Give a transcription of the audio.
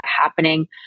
happening